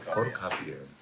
photocopier.